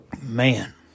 Man